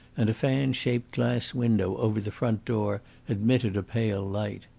and a fan-shaped glass window over the front door admitted a pale light.